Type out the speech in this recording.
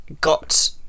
got